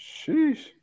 Sheesh